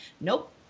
nope